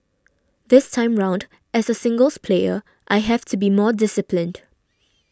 this time round as a singles player I have to be more disciplined